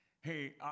Hey